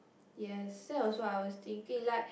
yes that was what I was thinking like